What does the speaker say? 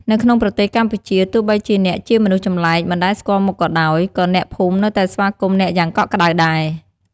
នៅក្នុងប្រទេសកម្ពុជា ទោះបីជាអ្នកជាមនុស្សចម្លែក មិនដែលស្គាល់មុខក៏ដោយ ក៏អ្នកភូមិនៅតែស្វាគមន៍អ្នកយ៉ាងកក់ក្តៅដែរ។